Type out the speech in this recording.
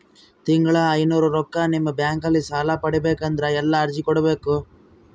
ತಿಂಗಳ ಐನೂರು ರೊಕ್ಕ ನಿಮ್ಮ ಬ್ಯಾಂಕ್ ಅಲ್ಲಿ ಸಾಲ ಪಡಿಬೇಕಂದರ ಎಲ್ಲ ಅರ್ಜಿ ಕೊಡಬೇಕು?